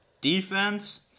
defense